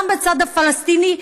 גם בצד הפלסטיני,